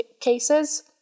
cases